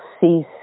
cease